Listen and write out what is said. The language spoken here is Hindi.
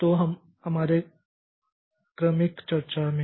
तो हमारे क्रमिक चर्चा में